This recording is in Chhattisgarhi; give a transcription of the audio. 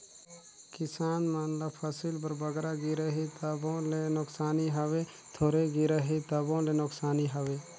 किसान मन ल फसिल बर बगरा गिरही तबो ले नोसकानी हवे, थोरहें गिरही तबो ले नोसकानी हवे